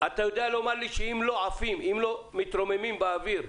אתה יודע לומר לי שאם לא מתרוממים באוויר,